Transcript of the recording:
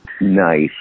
Nice